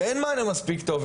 ואין מענה מספיק טוב.